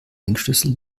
ringschlüssel